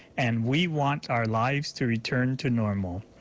and we want our lives to return to normal.